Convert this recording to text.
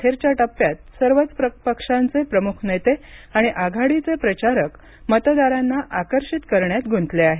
प्रचाराच्या अखेरच्या टप्प्यात सर्वच पक्षांचे प्रमुख नेते आणि आघाडीचे प्रचारक मतदारांना आकर्षित करण्यात गुंतले आहेत